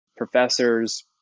professors